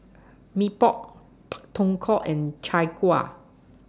Mee Pok Pak Thong Ko and Chai Kueh